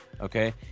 okay